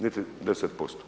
Niti 10%